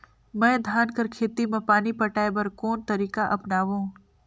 मैं धान कर खेती म पानी पटाय बर कोन तरीका अपनावो?